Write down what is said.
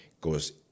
goes